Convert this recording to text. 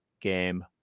Game